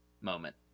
moment